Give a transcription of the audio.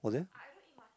was there